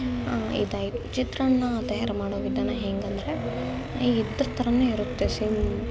ಇದಾಯ್ತು ಚಿತ್ರಾನ್ನ ತಯಾರು ಮಾಡೊ ವಿಧಾನ ಹೇಗೆಂದ್ರೆ ಇದ್ರ ಥರವೇ ಇರುತ್ತೆ ಸೇಮ್